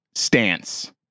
Stance